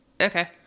Okay